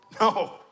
No